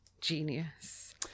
Genius